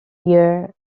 year